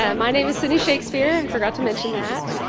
um my name is sydney shakespeare, forgot to mention that.